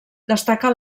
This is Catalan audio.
destaca